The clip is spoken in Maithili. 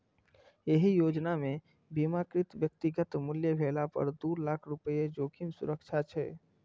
एहि योजना मे बीमाकृत व्यक्तिक मृत्यु भेला पर दू लाख रुपैया जोखिम सुरक्षा छै